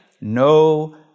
no